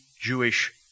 Jewish